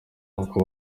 kuko